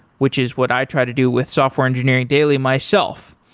which is what i try to do with software engineering daily myself,